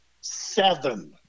seven